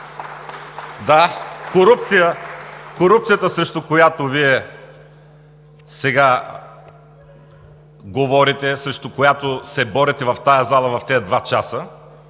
Да, корупцията, срещу която Вие сега говорите, срещу която се борите в тази зала, в тези два часа